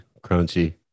crunchy